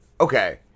Okay